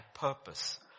purpose